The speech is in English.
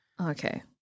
Okay